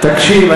תקשיב,